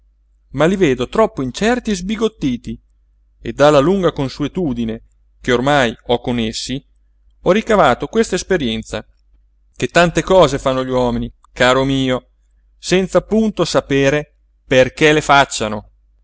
ma li vedo troppo incerti e sbigottiti e dalla lunga consuetudine che ormai ho con essi ho ricavato questa esperienza che tante cose fanno gli uomini caro mio senza punto sapere perché le facciano